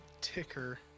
ticker